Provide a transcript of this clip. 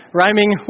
rhyming